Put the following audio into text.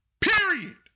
period